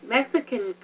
Mexican